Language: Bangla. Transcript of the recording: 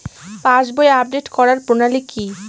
পাসবই আপডেট করার প্রণালী কি?